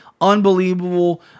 Unbelievable